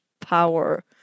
power